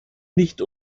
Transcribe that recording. nicht